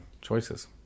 choices